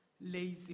lazy